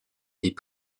des